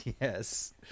Yes